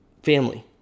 Family